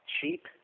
cheap